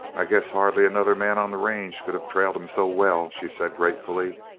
i guess hardly another man on the range could have trailed them so well, she said gratefully.